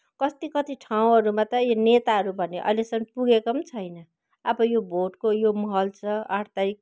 कस्तो कति ठाउँहरूमा त यो नेताहरू भन्ने अहिलेसम्म पुगेको पनि छैन अब यो भोटको यो माहौल छ आठ तारिक